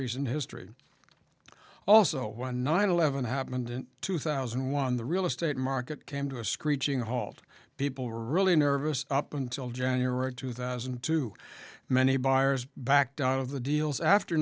recent history also one nine eleven happened in two thousand and one the real estate market came to a screeching halt people were really nervous up until january two thousand and two many buyers backed out of the deals after